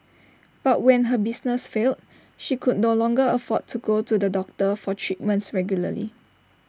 but when her business failed she could no longer afford to go to the doctor for treatments regularly